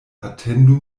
atendu